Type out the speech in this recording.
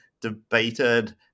debated